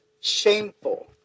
shameful